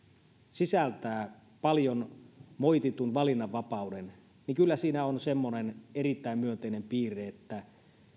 sisältää paljon moititun valinnanvapauden niin kyllä siinä on semmoinen erittäin myönteinen piirre että